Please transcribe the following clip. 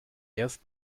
erst